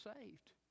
saved